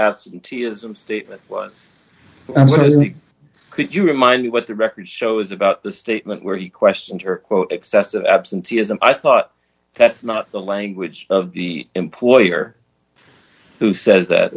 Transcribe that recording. absenteeism statement could you remind me what the record shows about the statement where he questioned her excessive absenteeism i thought that's not the language of the employer who says that